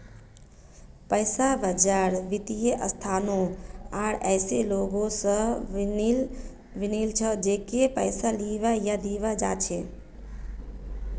पैसा बाजार वित्तीय संस्थानों आर ऐसा लोग स बनिल छ जेको पैसा लीबा या दीबा चाह छ